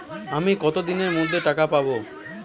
আমি কতদিনের মধ্যে টাকা পাবো?